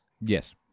Yes